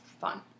fun